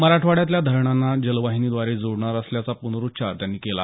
मराठवाड्यातल्या धरणांना जलवाहिनीद्वारे जोडणार असल्याचा पुनरुच्चार त्यांनी केला